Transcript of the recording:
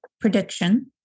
prediction